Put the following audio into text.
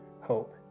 hope